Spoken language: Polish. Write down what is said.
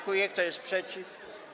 Kto jest przeciw?